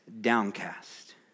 downcast